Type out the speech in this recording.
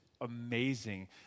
amazing